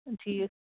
ٹھیٖک